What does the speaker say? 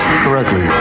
correctly